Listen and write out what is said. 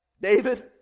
David